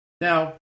Now